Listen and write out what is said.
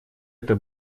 это